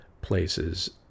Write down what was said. places